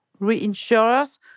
reinsurers